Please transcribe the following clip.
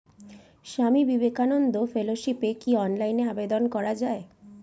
স্বামী বিবেকানন্দ ফেলোশিপে কি অনলাইনে আবেদন করা য়ায়?